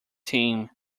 team